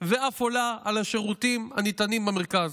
ואף עולה על השירותים הניתנים במרכז.